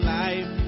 life